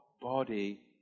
body